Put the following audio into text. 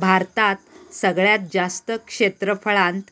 भारतात सगळ्यात जास्त क्षेत्रफळांत